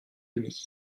demi